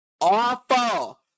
Awful